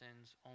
sins